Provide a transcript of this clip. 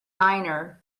niner